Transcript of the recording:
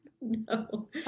no